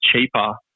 cheaper